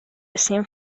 رسیم